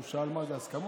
הוא שאל מה זה הסכמות,